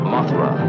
Mothra